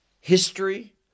history